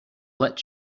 let